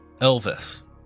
Elvis